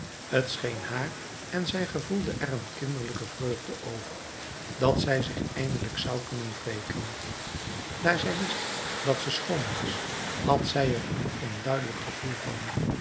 scheen haar en zij gevoelde er een kinderlijke vreugde over dat zij zich eindelijk zou kunnen wreken daar zij wist dat ze schoon was had zij er een onduidelijk gevoel van